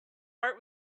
heart